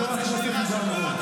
אסור להשאיר אותו.